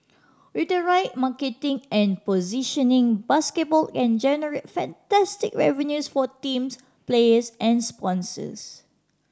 with the right marketing and positioning basketball can generate fantastic revenues for teams players and sponsors